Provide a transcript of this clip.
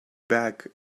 back